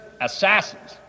assassins